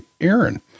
Aaron